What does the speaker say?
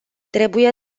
trebuie